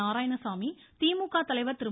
நாராயணசாமி திமுக தலைவர் திரு